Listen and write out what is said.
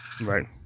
right